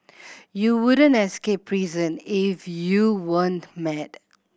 you wouldn't escape prison if you weren't mad